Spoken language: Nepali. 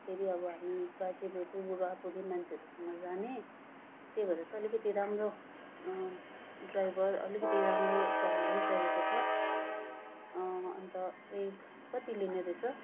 फेरि अब हामी बाजेबोजु बुढाबुढी मान्छेहरूसँग जाने त्यही भएर चाहिँ अलिकति राम्रो ड्राइभर अलिकति राम्रो चलाउने चाहिएको छ अन्त ए कति लिने रहेछ